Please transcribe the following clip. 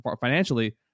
financially